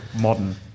modern